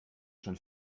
schon